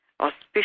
auspicious